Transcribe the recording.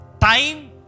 time